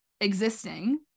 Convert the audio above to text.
existing